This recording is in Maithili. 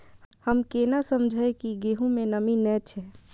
हम केना समझये की गेहूं में नमी ने छे?